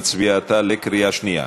נצביע עתה בקריאה שנייה.